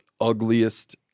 ugliest